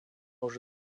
уже